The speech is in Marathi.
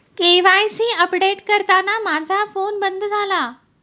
के.वाय.सी अपडेट करताना माझा फोन बंद झाला